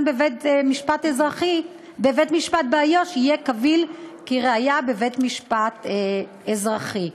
בבית-משפט באיו"ש יהיה קביל כראיה בבית-משפט אזרחי.